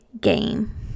Game